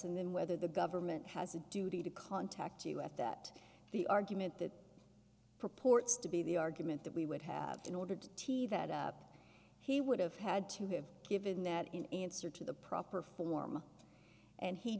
and then whether the government has a duty to contact us that the argument that purports to be the argument that we would have been ordered to tea that he would have had to have given that in answer to the proper form and he